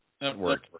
network